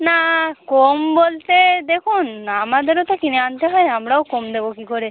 না কম বলতে দেখুন আমাদেরও তো কিনে আনতে হয় আমরাও কম দেবো কী করে